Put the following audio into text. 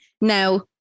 Now